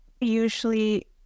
usually